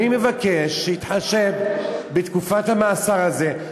אני מבקש להתחשב בתקופת המאסר הזאת.